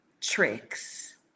tricks